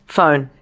Phone